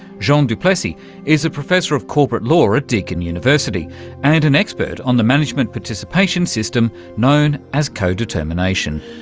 jean um du plessis is a professor of corporate law at deakin university and an expert on the management participation system known as codetermination.